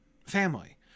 family